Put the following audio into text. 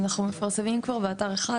אנחנו מפרסמים כבר באתר אחד,